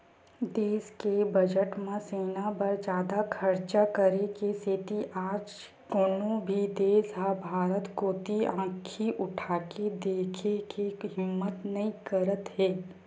देस के बजट म सेना बर जादा खरचा करे के सेती आज कोनो भी देस ह भारत कोती आंखी उठाके देखे के हिम्मत नइ करत हे